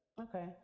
okay